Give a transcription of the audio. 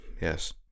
yes